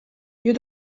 you